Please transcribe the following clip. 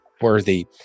Worthy